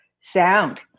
sound